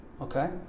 Okay